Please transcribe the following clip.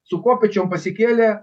su kopėčiom pasikėlė